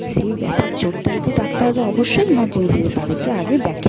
সেই ব্যথা চোটটা যদি ডাক্তাররা অবশ্যই ইমার্জেন্সিতে তাদেরকে আগে দেখে